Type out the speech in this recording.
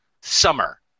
summer